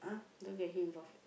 don't get him involved